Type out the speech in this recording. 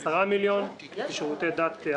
ו-11 מיליון לשירותי דת.